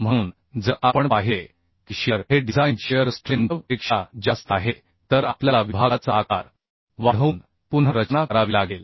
म्हणून जर आपण पाहिले की शिअर हे डिझाइन शिअर स्ट्रेंथ पेक्षा जास्त आहे तर आपल्याला विभागाचा आकार वाढवून पुन्हा रचना करावी लागेल